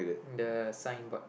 the sign board